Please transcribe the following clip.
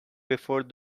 before